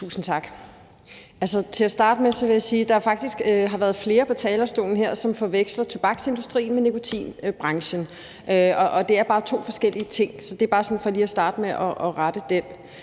Tusind tak. Til at starte med vil jeg sige, at der faktisk har været flere på talerstolen her, som forveksler tobaksindustrien med nikotinbranchen, men det er bare to forskellige ting. Det er bare for lige at starte med at rette den.